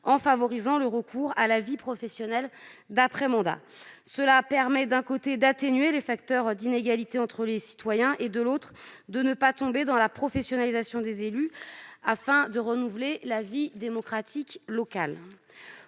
en favorisant le retour à la vie professionnelle après la fin du mandat. Cela permet, d'un côté, d'atténuer les facteurs d'inégalités entre les citoyens et, de l'autre, de ne pas tomber dans la professionnalisation des élus, afin de renouveler la vie démocratique locale.